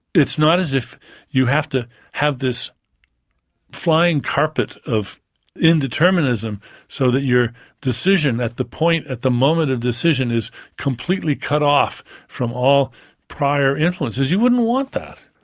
it's not as if you have to have this flying carpet of indeterminism so that your decision at the point, at the moment of decision, is completely cut off from all higher influences. you wouldn't want that!